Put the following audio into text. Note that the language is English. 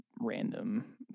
random